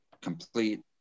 complete